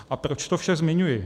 A proč to vše zmiňuji?